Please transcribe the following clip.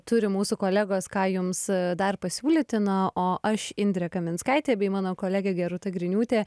turi mūsų kolegos ką jums dar pasiūlyti na o aš indrė kaminskaitė bei mano kolegė gerūta griniūtė